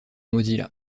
mozilla